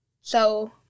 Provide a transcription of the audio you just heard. so-